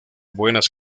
buenas